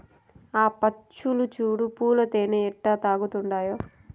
ఆ పచ్చులు చూడు పూల తేనె ఎట్టా తాగతండాయో